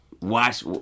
Watch